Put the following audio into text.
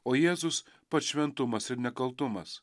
o jėzus pats šventumas ir nekaltumas